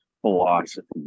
philosophy